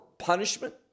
punishment